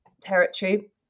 territory